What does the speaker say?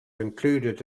included